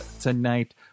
tonight